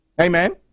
Amen